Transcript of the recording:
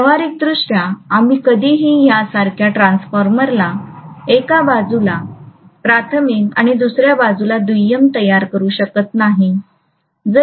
व्यावहारिकदृष्ट्या आम्ही कधीही या सारख्या ट्रान्सफॉर्मरला एका बाजूला प्राथमिक आणि दुसर्या बाजूला दुय्यम तयार करू शकत नाही